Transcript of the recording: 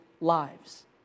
lives